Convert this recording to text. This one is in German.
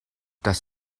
das